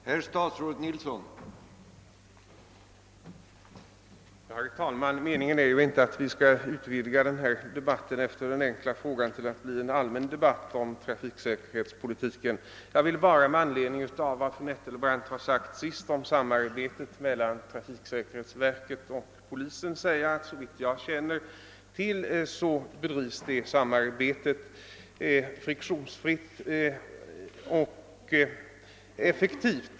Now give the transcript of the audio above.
Herr talman! Meningen är ju inte att vi skall utvidga denna debatt till en allmän debatt om trafiksäkerhetspolitiken. Jag vill bara med anledning av vad fru Nettelbrandt sade om samarbetet mel lan trafiksäkerhetsverket och polisen säga att det såvitt jag känner till bedrivs friktionsfritt och effektivt.